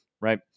right